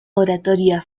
oratoria